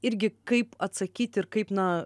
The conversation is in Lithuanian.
irgi kaip atsakyt ir kaip na